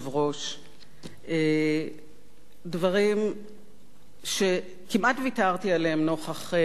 דברים שכמעט ויתרתי עליהם נוכח דבריך,